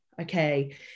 Okay